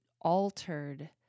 altered